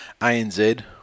ANZ